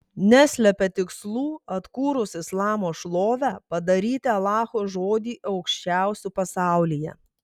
neslepia tikslų atkūrus islamo šlovę padaryti alacho žodį aukščiausiu pasaulyje